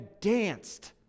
danced